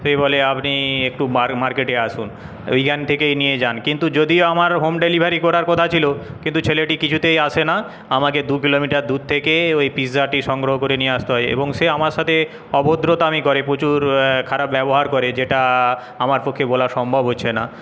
সে বলে আপনি একটু মার্কেটে আসুন ওইখান থেকেই নিয়ে যান কিন্তু যদিও আমার হোম ডেলিভারি করার কথা ছিল কিন্তু ছেলেটি কিছুতেই আসে না আমাকে দু কিলোমিটার দূর থেকে ওই পিজ্জাটি সংগ্রহ করে নিয়ে আসতে হয় এবং সে আমার সাথে অভদ্রতামি করে প্রচুর খারাপ ব্যবহার করে যেটা আমার পক্ষে বলা সম্ভব হচ্ছে না